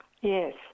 Yes